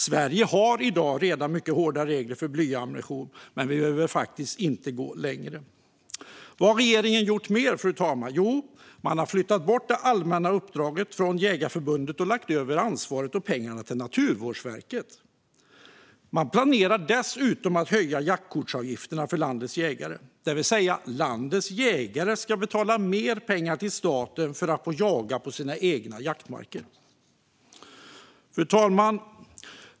Sverige har redan i dag mycket hårda regler för blyammunition och behöver faktiskt inte gå längre. Vad har regeringen gjort mer, fru talman? Jo, man har flyttat det allmänna uppdraget från Jägareförbundet och lagt över ansvaret och pengarna på Naturvårdsverket. Man planerar dessutom att höja jaktkortsavgifterna för landets jägare. Landets jägare ska alltså betala mer pengar till staten för att få jaga på sina egna jaktmarker. Fru talman!